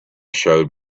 showed